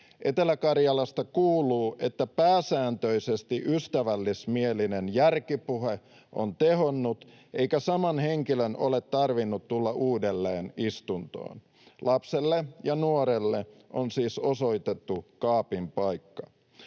Etelä- Karjalasta kuuluu, että pääsääntöisesti ystävällismielinen järkipuhe on tehonnut eikä saman henkilön ole tarvinnut tulla uudelleen istuntoon. Lapselle ja nuorelle on siis osoitettu kaapin paikka.